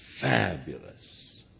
fabulous